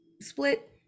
split